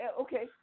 okay